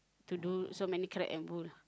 to do so many crap and bull